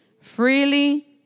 Freely